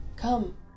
Come